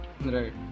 right